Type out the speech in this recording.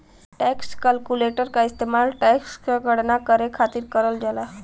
tax calculator क इस्तेमाल tax क गणना करे खातिर करल जाला